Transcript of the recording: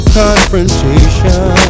confrontation